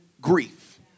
grief